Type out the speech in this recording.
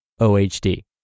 OHD